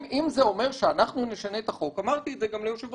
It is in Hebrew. אם זה אומר שנצטרך לשנות את החוק גם אמרתי את זה ליושב-ראש